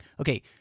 okay